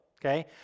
okay